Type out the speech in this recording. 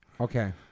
Okay